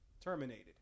terminated